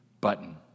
button